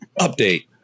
Update